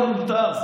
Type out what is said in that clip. הכול מותר.